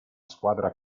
squadra